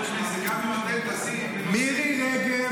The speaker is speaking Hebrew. --- גם אם אתם טסים --- מירי רגב